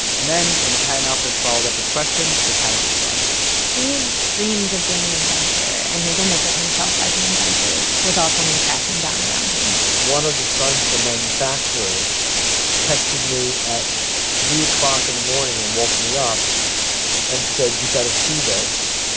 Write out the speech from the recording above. and then, when the patent office followed up with questions, they hadn't responded steve's dreams of being an inventor and his image of himself as an inventor was all coming crashing down around him one of the sons of the manufacturers texted me at three o'clock in the morning and woke me up and said, you'd better see this.